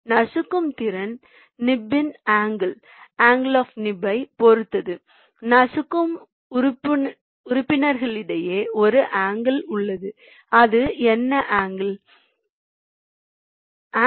எனவே நசுக்கும் திறன் நிப்பின் ஆங்கில் ஐ பொறுத்தது நசுக்கும் உறுப்பினர்களிடையே ஒரு ஆங்கில் ம் உள்ளது அது என்ன ஆங்கில் ம்